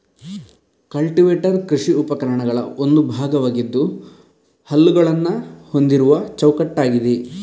cultivator ಕೃಷಿ ಉಪಕರಣಗಳ ಒಂದು ಭಾಗವಾಗಿದ್ದು ಹಲ್ಲುಗಳನ್ನ ಹೊಂದಿರುವ ಚೌಕಟ್ಟಾಗಿದೆ